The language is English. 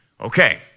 Okay